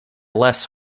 less